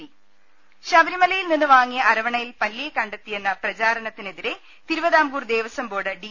രുവ്ട്ട്ട്ട്ട്ട്ട ശബരിമലയിൽ നിന്ന് വാങ്ങിയ അരവണയിൽ പല്ലിയെ കണ്ടെത്തിയെന്ന പ്രചാരണത്തിനെതിരെ തിരുവിതാംകൂർ ദേവസ്വം ബോർഡ് ഡി